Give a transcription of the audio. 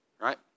Right